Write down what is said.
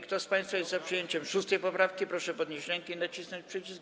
Kto z państwa jest za przyjęciem 6. poprawki, proszę podnieść rękę i nacisnąć przycisk.